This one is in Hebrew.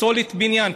פסולת בניין,